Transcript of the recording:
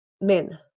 men